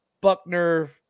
Buckner